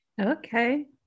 Okay